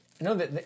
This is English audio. No